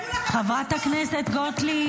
הראו לכם סרטון --- חברת הכנסת גוטליב,